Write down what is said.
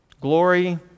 Glory